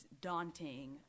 daunting